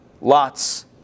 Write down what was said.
Lots